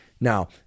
Now